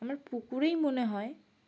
আমার পুকুরেই মনে হয়